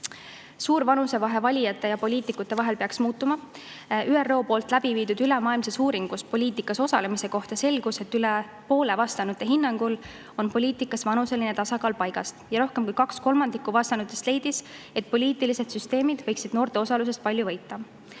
Suur vanusevahe valijate ja poliitikute vahel peaks muutuma. ÜRO läbiviidud ülemaailmses uuringus poliitikas osalemise kohta selgus, et üle poole vastanute hinnangul on poliitikas vanuseline tasakaal paigast, ja rohkem kui kaks kolmandikku vastanutest leidis, et poliitilised süsteemid võiksid noorte osalusest palju võita.